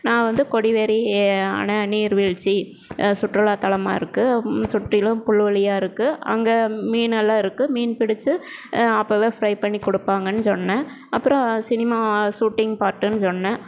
நான் வந்து கொடிவேரி அணை நீர்வீழ்ச்சி சுற்றுலாத்தலமாக இருக்குது சுற்றிலும் புல் வெளியாக இருக்குது அங்கே மீனெல்லாம் இருக்குது மீன் பிடித்து அப்போவே ஃப்ரை பண்ணிக் கொடுப்பாங்கன்னு சொன்னேன் அப்புறம் சினிமா சூட்டிங் பார்ட்டுனு சொன்னேன்